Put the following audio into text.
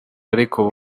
ariko